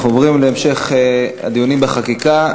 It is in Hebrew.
אנחנו עוברים להמשך הדיונים בחקיקה.